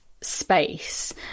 space